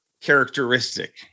characteristic